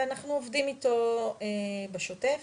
ואנחנו עובדים איתו בשוטף.